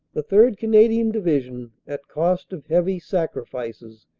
the third. canadian division, at cost of heavy sacrifices,